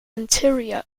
interior